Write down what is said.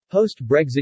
Post-Brexit